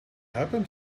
happened